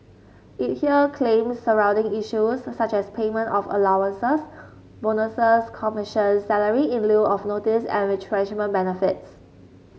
it hear claims surrounding issues such as payment of allowances bonuses commissions salary in lieu of notice and retrenchment benefits